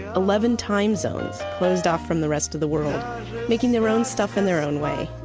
eleven time zones closed off from the rest of the world making their own stuff in their own way.